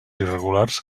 irregulars